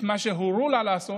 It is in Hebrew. את מה שהורו לה לעשות,